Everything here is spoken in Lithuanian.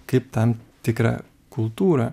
kaip tam tikrą kultūrą